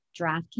DraftKings